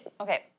Okay